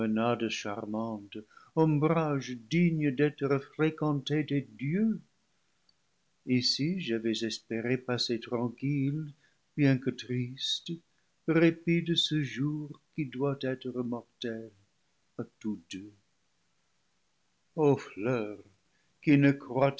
ombrages dignes d'être fréquentés des dieux ici j'avais espéré passer tranquille bien que triste répit de ce jour qui doit être mortel à tous deux o fleurs qui ne